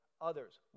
others